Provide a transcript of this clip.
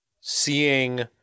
seeing